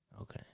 Okay